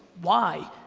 why,